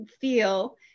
feel